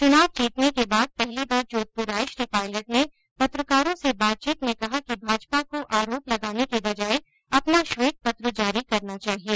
चुनाव जीतने के बाद पहली बार जोधपुर आये श्री पायलट ने पत्रकारों से बातचीत में कहा कि भाजपा को आरोप लगाने के बजाय अपना श्वेत पत्र जारी करना चाहिए